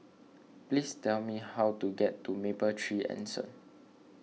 please tell me how to get to Mapletree Anson